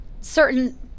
certain